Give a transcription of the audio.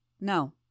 No